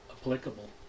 applicable